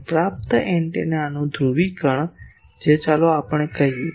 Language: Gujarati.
અને પ્રાપ્ત એન્ટેનાનું ધ્રુવીકરણ જે ચાલો આપણે કહીએ